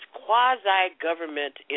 quasi-government